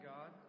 God